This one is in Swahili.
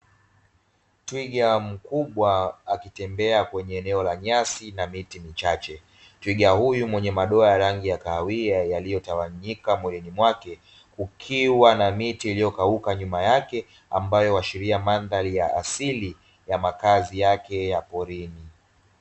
Twiga mkubwa akitembea kwenye eneo la nyasi na miti michache. Twiga huyu mwenye madoa ya rangi ya kahawia yaliyotawanyika mwilini mwake, kukiwa na miti iliyokauka nyuma yake ambayo huashiria mandhari ya asili ya makazi yake ya porini.